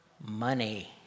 money